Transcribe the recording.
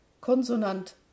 Konsonant